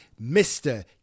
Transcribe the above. mr